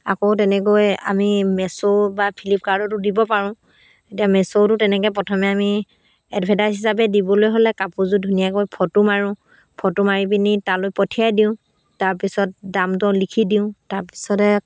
আকৌ তেনেকৈ আমি মিচ' বা ফ্লিপকাৰ্টতো দিব পাৰোঁ এতিয়া মিচ'টো তেনেকৈ প্ৰথমে আমি এডভাৰটাইজ হিচাপে দিবলৈ হ'লে কাপোৰযোৰ ধুনীয়াকৈ ফটো মাৰোঁ ফটো মাৰি পিনি তালৈ পঠিয়াই দিওঁ তাৰপিছত দামটো লিখি দিওঁ তাৰপিছতে